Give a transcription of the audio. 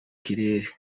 kirere